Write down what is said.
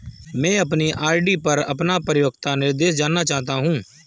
मैं अपनी आर.डी पर अपना परिपक्वता निर्देश जानना चाहता हूँ